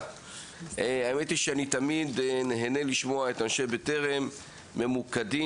האמת היא שאני תמיד נהנה לשמוע את אנשי בטרם ממוקדים.